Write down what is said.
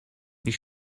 you